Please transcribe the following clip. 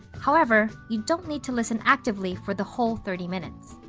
however, you don't need to listen actively for the whole thirty minutes.